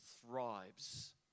thrives